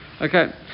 Okay